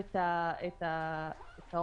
24. תחולת תקנות להגבלת פעילות על מקום פתוח